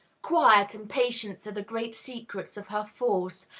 quiet and patience are the great secrets of her force,